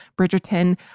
Bridgerton